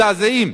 המזעזעים.